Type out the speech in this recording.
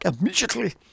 immediately